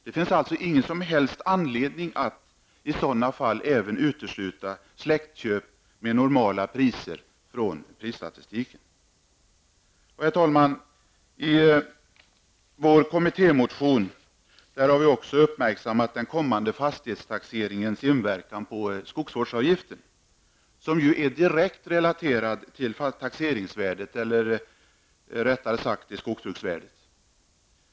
Det finns ingen som helst anledning att utesluta släktköp med normala priser från prisstatistiken. Herr talman! I vår kommittémotion har vi också uppmärksammat den kommande fastighetstaxeringens inverkan på skogsvårdsavgiften, som ju är direkt relaterad till taxeringsvärdet, eller rättare sagt till skogsbruksvärdet.